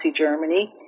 Germany